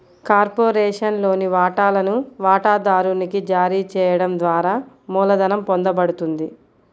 కార్పొరేషన్లోని వాటాలను వాటాదారునికి జారీ చేయడం ద్వారా మూలధనం పొందబడుతుంది